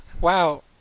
wow